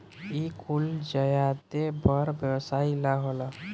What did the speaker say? इ कुल ज्यादे बड़ व्यवसाई ला होला